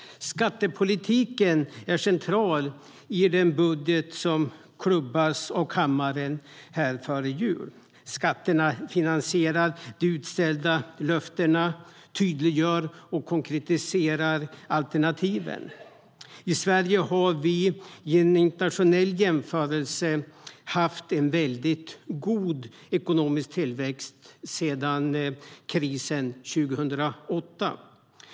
Skattepolitiken är central i den budget som klubbas av kammaren här före jul. Skatterna finansierar de utställda löftena och tydliggör och konkretiserar alternativen.I Sverige har vi i en internationell jämförelse haft en väldigt god ekonomisk tillväxt sedan krisen 2008.